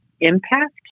impact